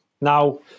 Now